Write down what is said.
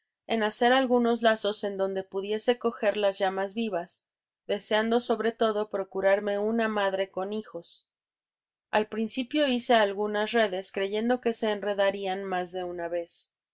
en hacer algunos lazos en donde pudiese coger las llamas vivas deseando sobre todo procurarme una madre con hijos al principio hice algunas redes creyendo que se enredarían mas de una vez